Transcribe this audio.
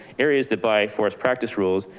areas that by forest practice rules,